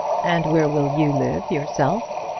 and where will you live yourself?